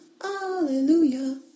hallelujah